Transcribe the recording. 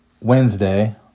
Wednesday